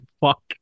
Fuck